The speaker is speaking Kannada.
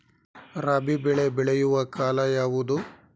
ರಾಬಿ ಬೆಳೆ ಬೆಳೆಯುವ ಕಾಲ ಯಾವುದು?